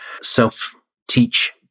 self-teach